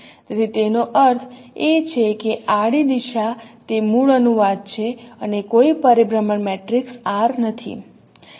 તેથી તેનો અર્થ એ છે કે આડી દિશા તે મૂળ અનુવાદ છે અને કોઈ પરિભ્રમણ મેટ્રિક્સ R નથી